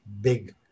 big